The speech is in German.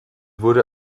wurde